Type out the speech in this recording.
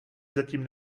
zatím